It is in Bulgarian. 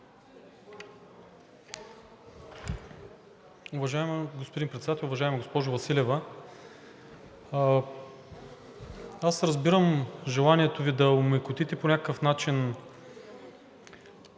Уважаеми господин Председател! Уважаема госпожо Василева, аз разбирам желанието Ви да омекотите по някакъв начин